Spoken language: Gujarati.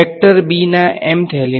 વેક્ટર b ના mth એલીમેંટ